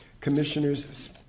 Commissioners